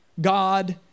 God